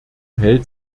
hält